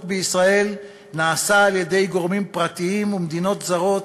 בישראל נעשה על-ידי גורמים פרטיים ומדינות זרות,